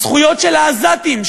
הזכויות של העזתים,